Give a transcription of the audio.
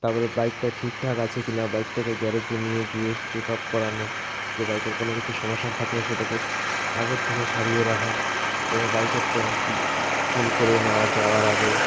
তারপরে বাইকটা ঠিকঠাক আছে কি না বাইকটাকে গ্যারেজে নিয়ে গিয়ে চেক আপ করানো যে বাইকের কোনো কিছু সমস্যা থাকলে সেটাকে আগের থেকে সারিয়ে রাখা এবং বাইকের ট্যাঙ্ক ফুল করে নেওয়া যাওয়ার আগে